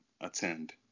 attend